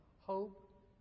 hope